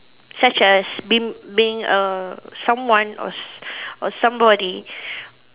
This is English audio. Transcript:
such as being being a someone or or somebody